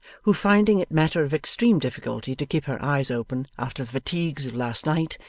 who, finding it matter of extreme difficulty to keep her eyes open after the fatigues of last night,